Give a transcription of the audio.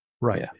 Right